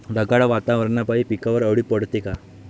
ढगाळ वातावरनापाई पिकावर अळी पडते का?